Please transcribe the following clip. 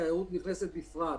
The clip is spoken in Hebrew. תיירות נכנסת בפרט,